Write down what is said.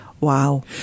wow